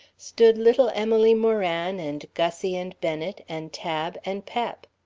stood little emily moran and gussie and bennet and tab and pep.